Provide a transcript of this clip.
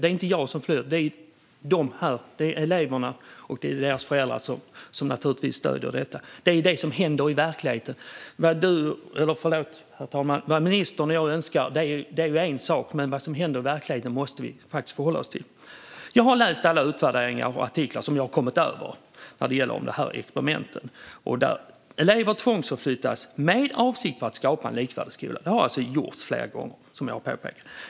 Det är inte jag som flyr utan eleverna, och deras föräldrar stöder dem naturligtvis. Det händer i verkligheten. Vad ministern och jag önskar är en sak, men vad som händer i verkligheten måste vi faktiskt förhålla oss till. Jag har läst alla utvärderingar och artiklar jag har kommit över om experimenten. Elever tvångsförflyttas med avsikt att skapa en likvärdig skola. Som jag har påpekat har det gjorts flera gånger.